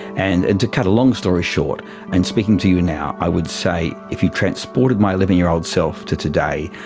and and to cut a long story short and speaking to you now i would say if you transported my eleven year old self to today,